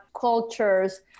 cultures